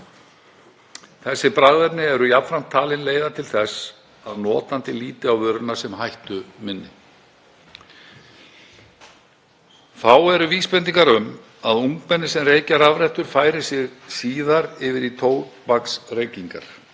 Þessi bragðefni eru jafnframt talin leiða til þess að notandi líti á vöruna sem hættuminni. Þá eru vísbendingar um að ungmenni sem reykja rafrettur færi sig síðar yfir í tóbaksreykingar.